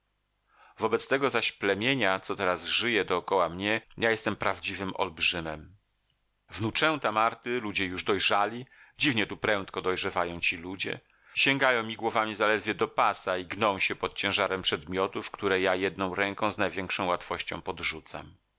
wobec tego zaś plemienia co teraz żyje dokoła mnie ja jestem prawdziwym olbrzymem wnuczęta marty ludzie już dojrzali dziwnie tu prędko dojrzewają ci ludzie sięgają mi głowami zaledwie do pasa i gną się pod ciężarem przedmiotów które ja jedną ręką z największą łatwością podrzucam